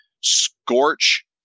scorch